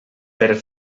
per